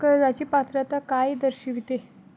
कर्जाची पात्रता काय दर्शविते?